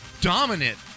dominant